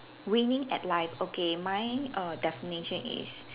winning at life okay mine err definition is